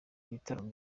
ibitaramo